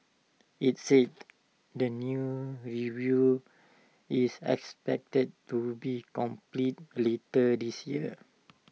IT said the new review is expected to be completed litter this year